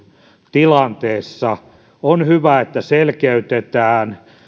tilanteessa on hyvä että selkeytetään